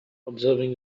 observing